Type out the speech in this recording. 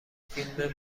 فیلم